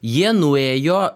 jie nuėjo